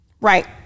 Right